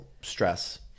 stress